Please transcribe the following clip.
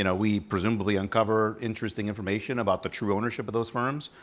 you know we presumably uncover interesting information about the true ownership of those firms.